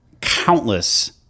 countless